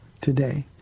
today